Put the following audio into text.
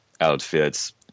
outfits